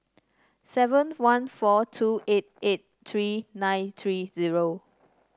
seven one four two eight eight three nine three zero